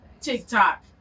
TikTok